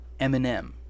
Eminem